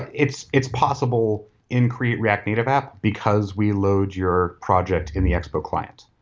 it's it's possible in create react native app, because we load your project in the expo client.